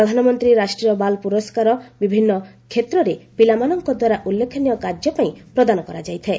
ପ୍ରଧାନମନ୍ତ୍ରୀ ରାଷ୍ଟ୍ରୀୟ ବାଳ ପୁରସ୍କାର ବିଭିନ୍ନ କ୍ଷେତ୍ରରେ ପିଲାମାନଙ୍କ ଦ୍ୱାରା ଉଲ୍ଲେଖନୀୟ କାର୍ଯ୍ୟ ପାଇଁ ପ୍ରଦାନ କରାଯାଇଥାଏ